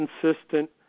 consistent